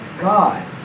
God